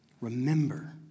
Remember